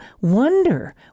wonder